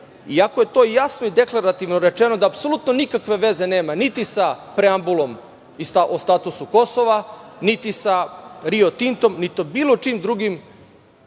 iako je to jasno i deklarativno rečeno da apsolutno nikakve veze nema niti sa preambulom o statusu Kosova, niti sa „Rio Tintom“, niti bilo čim drugim